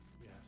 Yes